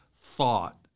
thought